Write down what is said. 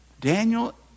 Daniel